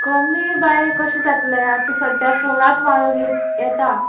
कमी बाय कशें जातलें आतां सद्द्या फुलांत माळो ये येता